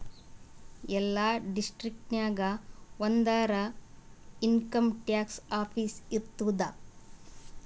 ಎಲ್ಲಾ ಡಿಸ್ಟ್ರಿಕ್ಟ್ ನಾಗ್ ಒಂದರೆ ಇನ್ಕಮ್ ಟ್ಯಾಕ್ಸ್ ಆಫೀಸ್ ಇರ್ತುದ್